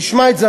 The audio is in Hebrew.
תשמע את זה,